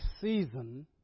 season